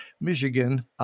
Michigan